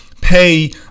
pay